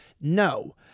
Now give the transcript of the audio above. No